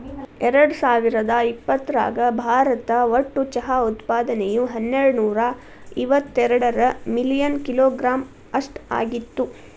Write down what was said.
ಎರ್ಡಸಾವಿರದ ಇಪ್ಪತರಾಗ ಭಾರತ ಒಟ್ಟು ಚಹಾ ಉತ್ಪಾದನೆಯು ಹನ್ನೆರಡನೂರ ಇವತ್ತೆರಡ ಮಿಲಿಯನ್ ಕಿಲೋಗ್ರಾಂ ಅಷ್ಟ ಆಗಿತ್ತು